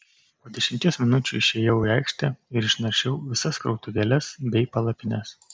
po dešimties minučių išėjau į aikštę ir išnaršiau visas krautuvėles bei palapines